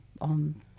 on